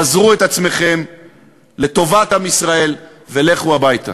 פזרו את עצמכם לטובת עם ישראל ולכו הביתה.